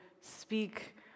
speak